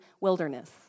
wilderness